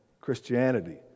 Christianity